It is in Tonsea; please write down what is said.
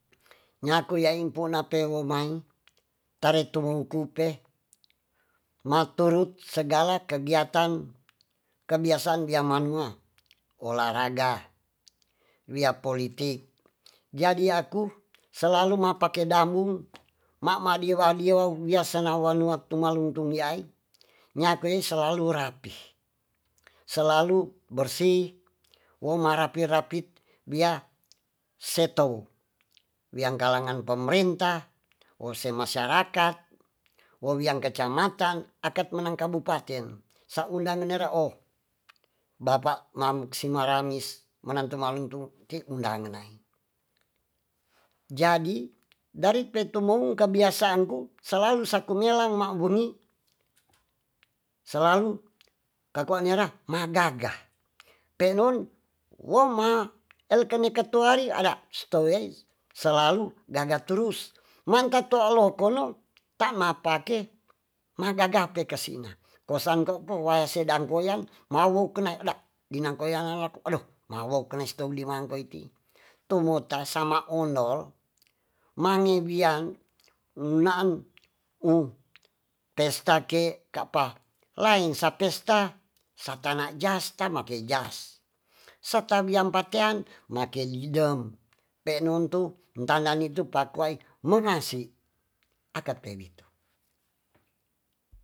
Nyaku ya impu nape wo mai tare tumong kupe ma turut segala kegiatan kebiasaan bia manua olaraga, wia politik jadi yaku selalu ma pake dambung ma wadi wadi ou wia senawan waktu maluntung yaai nyku i selalu rapi selalu bersih wo ma rapi rapit bia setou wiang kalangan peremerinta wo se masyarakat so wiang kecamatan akat menang kabupaten sa undangan nera o bapa mamksi maramis menam tumaluntung ti undangan nai jadi dari pe tumo ung kabiasaan ku salalu sakumelang ma buni salalu ka koa nyera ma gaga penon wo ma elek ke tuari ada setowei selalu gaga turus man tatu alokono ta mapake ma gagape kasiinga kosan ko puwaya sedan koyang ma wo kena eda dinang koyangan lako ado ma wo keno setou diman ko iti tumo ta sama ondol ma ngebian un naan ung pesta ke kapa laeng sa pesta sata na jas ta make i jas sa ta wiang patean nake didem penon tu ntanda nitu pako ai mengasi akat pewitu